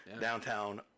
downtown